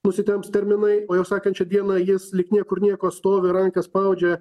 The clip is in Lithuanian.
nusitemps terminai o jau sekančią dieną jis lyg niekur nieko stovi ranką spaudžia